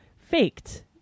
faked